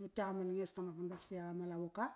navat iak ama langeska ama ban-ga si iak ama lavoka.